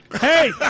Hey